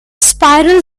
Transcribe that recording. spiral